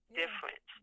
different